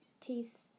teeth